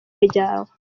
ryawe